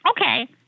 okay